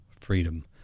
freedom